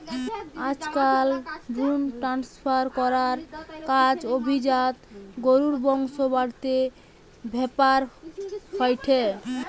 আজকাল ভ্রুন ট্রান্সফার করার কাজ অভিজাত গরুর বংশ বাড়াতে ব্যাভার হয়ঠে